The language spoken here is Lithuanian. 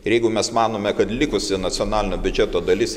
ir jeigu mes manome kad likusi nacionalinio biudžeto dalis